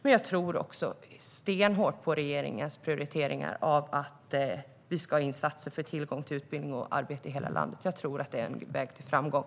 Men jag tror också stenhårt på regeringens prioriteringar av att vi ska ha insatser för tillgång till utbildning och arbete i hela landet. Jag tror att det är en väg till framgång.